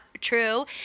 true